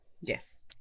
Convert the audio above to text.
Yes